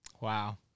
Wow